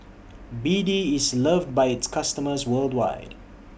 B D IS loved By its customers worldwide